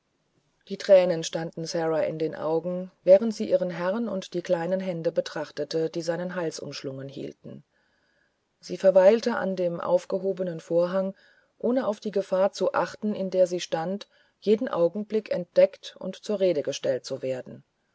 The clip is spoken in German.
die tränen standen sara in den augen während sie ihren herrn und die kleinen hände betrachtete die seinen hals umschlungen hielten sie verweilte an dem aufgehobenen vorhang ohne auf die gefahr zu achten in der sie stand jeden augenblick entdeckt und zur rede gestellt zu werden